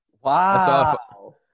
Wow